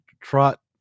trot